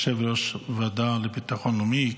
יושב-ראש הוועדה לביטחון לאומי,